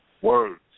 words